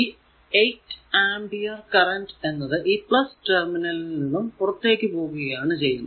ഈ 8 ampere current എന്നത് ഈ ടെർമിനൽ ൽ നിന്നും പുറത്തേക്കു പോകുകയാണ് ചെയ്യുന്നത്